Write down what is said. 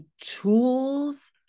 tools